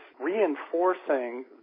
reinforcing